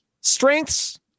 strengths